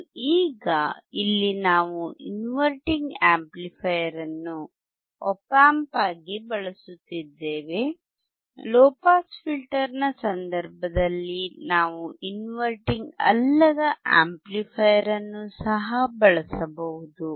ಮತ್ತು ಈಗ ಇಲ್ಲಿ ನಾವು ಇನ್ವರ್ಟಿಂಗ್ ಆಂಪ್ಲಿಫೈಯರ್ ಅನ್ನು ಆಪ್ ಆಂಪ್ ಆಗಿ ಬಳಸುತ್ತಿದ್ದೇವೆ ಲೊ ಪಾಸ್ ಫಿಲ್ಟರ್ನ ಸಂದರ್ಭದಲ್ಲಿ ನಾವು ಇನ್ವರ್ಟಿಂಗ್ ಅಲ್ಲದ ಆಂಪ್ಲಿಫೈಯರ್ ಅನ್ನು ಸಹ ಬಳಸಬಹುದು